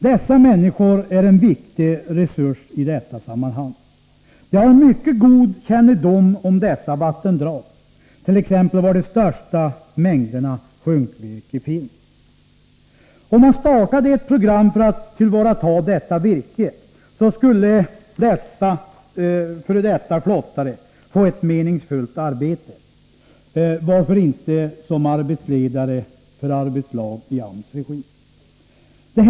Dessa människor är en viktig resurs i detta sammanhang. De har en mycket god kännedom om dessa vattendrag, t.ex. om var de största mängderna sjunkvirke finns. Om man startade ett program för att tillvarata detta virke, så skulle dessa f. d. flottare få ett meningsfullt arbete — varför inte som arbetsledare för arbetslag i AMS regi?